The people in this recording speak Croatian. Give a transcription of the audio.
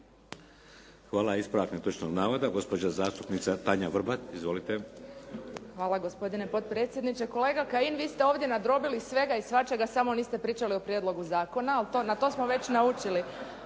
Hvala. Ispravak netočnog navoda gospođa zastupnica Tanja Vrbat. Izvolite. **Vrbat Grgić, Tanja (SDP)** Hvala gospodine potpredsjedniče. Kolega Kajin, vi ste ovdje nadrobili svega i svačega samo niste pričali o prijedlogu zakona. Ali to, na to smo već naučili.